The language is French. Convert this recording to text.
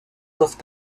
doivent